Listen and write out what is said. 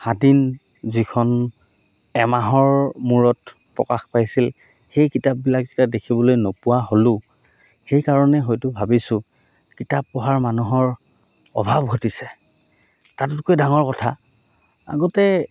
সাদিন যিখন এমাহৰ মূৰত প্ৰকাশ পাইছিল সেই কিতাপবিলাক যেতিয়া দেখিবলৈ নোপোৱা হ'লো সেইকাৰণে হয়তো ভাবিছোঁ কিতাপ পঢ়াৰ মানুহৰ অভাৱ ঘটিছে তাতোতকৈ ডাঙৰ কথা আগতে